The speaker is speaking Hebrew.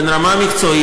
בין רמה מקצועית,